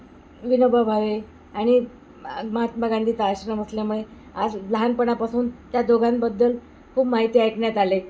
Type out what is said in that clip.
विनोबा भावे आणि महात्मा गांधीचा आश्रम असल्यामुळे आज लहानपणापासून त्या दोघांबद्दल खूप माहिती ऐकण्यात आले